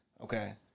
Okay